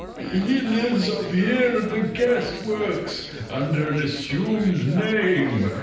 he lives up here at the gas-works under an assumed name.